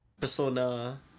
persona